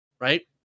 right